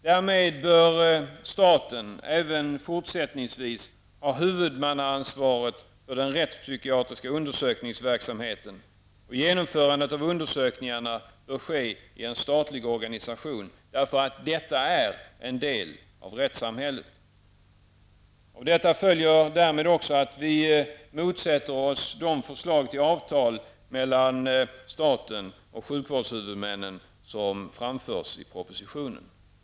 Staten bör även fortsättningsvis ha huvudmannaskapet för den rättspsykiatriska undersökningsverksamheten, och själva genomförandet av undersökningarna bör ske i en statlig organisation, eftersom detta är en del av rättssamhället. Därav följer också att vi motsätter oss de förslag till avtal mellan staten och sjukvårdshuvudmännen som framförs i propositionen.